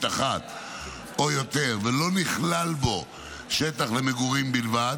אחת או יותר ולא נכלל בו שטח למגורים בלבד,